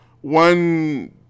one